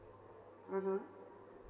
mmhmm